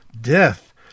death